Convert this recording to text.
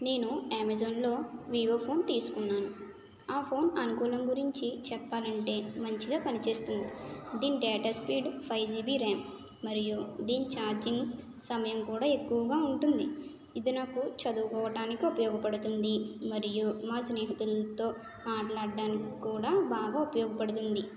నేను అమెజాన్లో Vivo phone తీసుకున్నాను ఆ ఫోన్ అనుకూలం గురించి చెప్పాలంటే మంచిగా పని చేస్తుంది దీని data speed five GB RAM మరియు దీని చార్జింగ్ సమయం కూడా ఎక్కువగా ఉంటుంది ఇది నాకు చదువుకోవడానికి ఉపయోగపడుతుంది మరియు మా స్నేహితులతో మాట్లాడడానికి కూడా బాగా ఉపయోగపడుతుంది